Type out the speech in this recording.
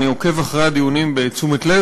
אני עוקב אחרי הדיונים בתשומת לב,